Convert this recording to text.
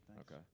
Okay